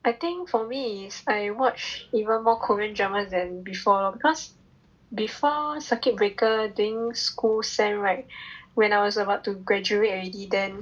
I think for me is I watch even more korean dramas than before lor because before circuit breaker during school sem right when I was about to graduate already then